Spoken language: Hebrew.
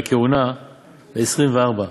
והכהונה בעשרים-וארבע,